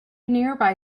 nearby